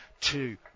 two